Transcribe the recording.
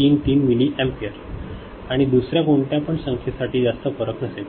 33 milli ampere आणि दुसर्या कोणत्या पण संख्ये साठी जास्त फरक नसेल